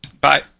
Bye